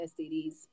STDs